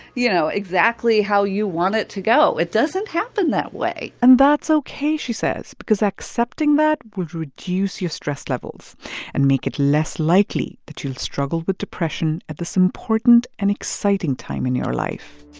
you know, exactly how you want it to go. it doesn't happen that way and that's ok, she says, because accepting that would reduce your stress levels and make it less likely that you'll struggle with depression at this important and exciting time in your life